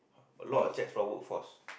a lot of cheques for workforce